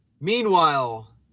Meanwhile